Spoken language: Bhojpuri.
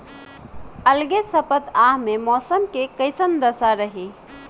अलगे सपतआह में मौसम के कइसन दशा रही?